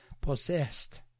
possessed